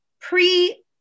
Pre